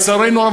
לצערנו הרב,